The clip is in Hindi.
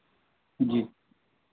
जी